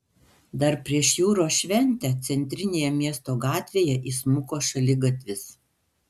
dar prieš jūros šventę centrinėje miesto gatvėje įsmuko šaligatvis